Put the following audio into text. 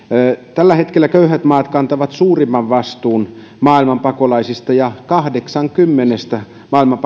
tällä hetkellä köyhät maat kantavat suurimman vastuun maailman pakolaisista ja kahdeksan kymmenestä maailman